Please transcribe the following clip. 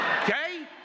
okay